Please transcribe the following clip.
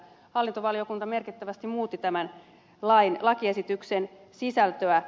hallintovaliokunta merkittävästi muutti tämän lakiesityksen sisältöä